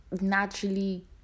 naturally